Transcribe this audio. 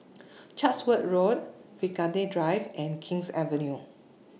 Chatsworth Road Vigilante Drive and King's Avenue